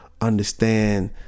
understand